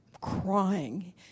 crying